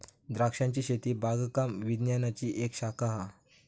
द्रांक्षांची शेती बागकाम विज्ञानाची एक शाखा हा